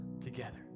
together